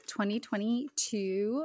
2022